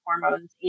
hormones